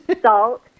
salt